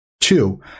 Two